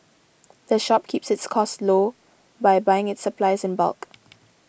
the shop keeps its costs low by buying its supplies in bulk